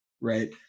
right